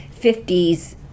50s